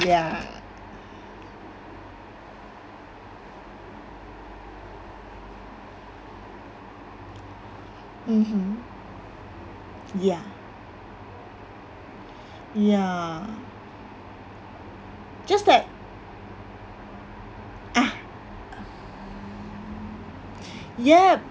ya mmhmm ya ya just that ah yeah